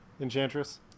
Enchantress